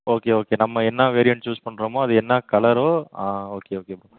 okay okay நம்ம என்ன variant choose பண்ணுறமோ அது என்ன கலரோ ஆ ஓகே ஓகே ப்ரோ